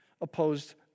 opposed